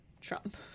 Trump